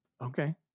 Okay